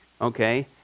okay